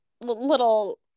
little